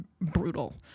brutal